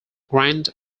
grant